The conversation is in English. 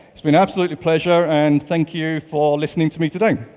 it's been absolutely pleasure and thank you for listening to me today.